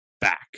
back